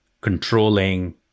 controlling